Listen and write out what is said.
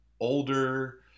older